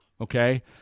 Okay